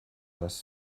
less